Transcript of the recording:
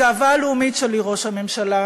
הגאווה הלאומית שלי, ראש הממשלה,